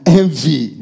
envy